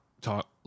talk